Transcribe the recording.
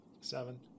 Seven